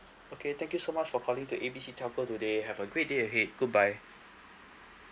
okay thank you so much for calling to A B C telco today have a great day ahead goodbye